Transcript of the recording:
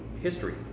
history